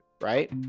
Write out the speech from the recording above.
right